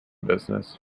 business